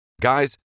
Guys